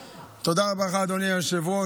תודה רבה לך, אדוני היושב-ראש.